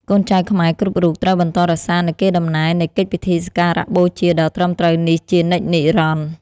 កូនចៅខ្មែរគ្រប់រូបត្រូវបន្តរក្សានូវកេរដំណែលនៃកិច្ចពិធីសក្ការបូជាដ៏ត្រឹមត្រូវនេះជានិច្ចនិរន្តរ៍។